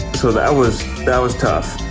so that was that was tough.